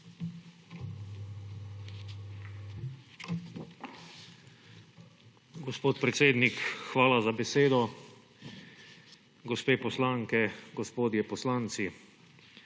hvala za besedo.